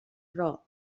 però